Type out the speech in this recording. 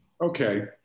Okay